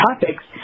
topics